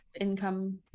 income